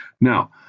Now